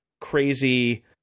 crazy